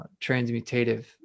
transmutative